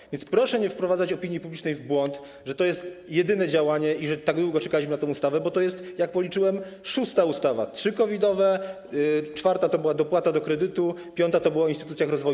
Tak więc proszę nie wprowadzać opinii publicznej w błąd, że to jest jedyne działanie i że tak długo czekaliśmy na tę ustawę, bo to jest, jak policzyłem, szósta ustawa: trzy COVID-owe, czwarta była o dopłacie do kredytu, piąta była o instytucjach rozwoju.